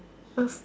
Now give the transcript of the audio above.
f